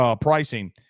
pricing